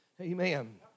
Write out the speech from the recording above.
Amen